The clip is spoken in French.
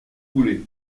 voulez